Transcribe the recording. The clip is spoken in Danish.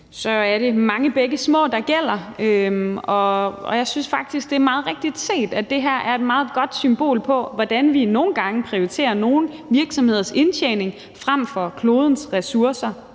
er det mange bække små, der gælder. Og jeg synes faktisk, det er meget rigtigt set, at det her er et meget godt symbol på, hvordan vi nogle gange prioriterer nogle virksomheders indtjening højest frem for klodens ressourcer,